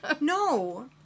No